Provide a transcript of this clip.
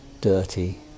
dirty